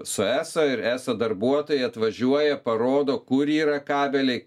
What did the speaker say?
su eso ir eso darbuotojai atvažiuoja parodo kur yra kabeliai